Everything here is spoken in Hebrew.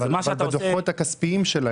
על בסיס מה הם מדווחים בדוחות הכספיים שלהם?